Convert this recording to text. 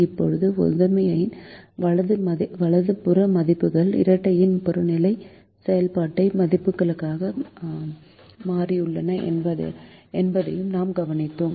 இப்போது முதன்மையின் வலது புற மதிப்புகள் இரட்டையின் புறநிலை செயல்பாட்டு மதிப்புகளாக மாறியுள்ளன என்பதையும் நாம் கவனிக்கிறோம்